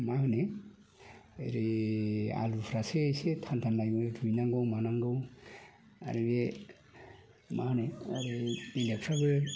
मा होनो ओरै आलुफ्रासो एसे टाइम लायो हानांगौ मानांगौ आरो बे मा होनो ओरै बेलेगलफ्राबो